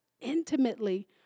intimately